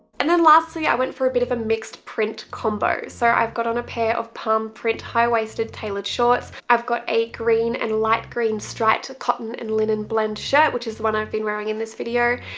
and then lastly, i went for a bit of a mixed print combo. so i've got on a pair of palm print high-waisted tailored shorts. i've got a green and light green striped cotton and linen blend shirt which is the one i've been wearing in this video,